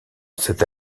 cet